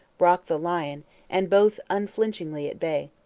brock the lion and both unflinchingly at bay.